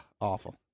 awful